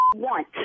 want